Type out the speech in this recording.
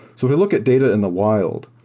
so if you look at data in the wild,